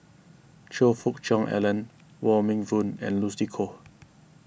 Choe Fook Cheong Alan Wong Meng Voon and Lucy Koh